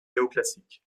néoclassique